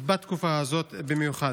בתקופה הזאת במיוחד.